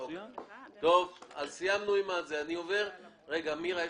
אז סיימנו עם ההגדרה "חברת גבייה".